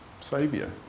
Savior